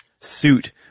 suit